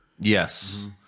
Yes